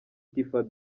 tiffah